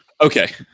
Okay